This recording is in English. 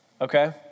okay